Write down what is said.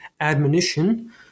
admonition